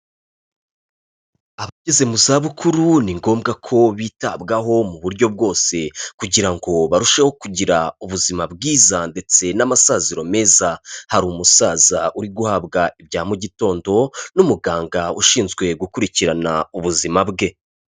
Abageze mu zabukuru, ni ngombwa ko bitabwaho mu buryo bwose kugira ngo barusheho kugira ubuzima bwiza ndetse n'amasaziro meza, hari umusaza uri guhabwa ibya mu gitondo n'umuganga ushinzwe gukurikirana ubuzima bwe.